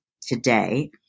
today